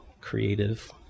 creative